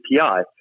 API